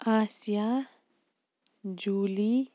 آسِیا جوٗلی